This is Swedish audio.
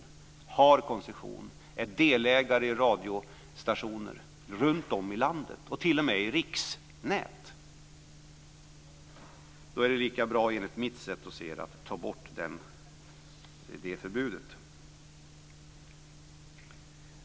De har koncession och är delägare i radiostationer runtom i landet - t.o.m. i riksnät. Enligt mitt sätt att se det är det därför lika bra att ta bort förbudet.